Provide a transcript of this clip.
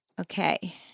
Okay